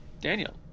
daniel